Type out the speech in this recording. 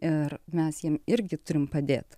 ir mes jiem irgi turime padėt